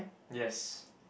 yes